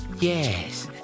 Yes